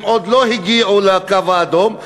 הם עוד לא הגיעו לקו האדום,